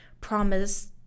promise